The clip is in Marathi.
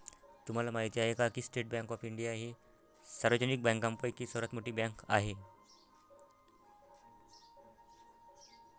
तुम्हाला माहिती आहे का की स्टेट बँक ऑफ इंडिया ही सार्वजनिक बँकांपैकी सर्वात मोठी बँक आहे